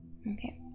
Okay